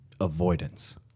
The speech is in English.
avoidance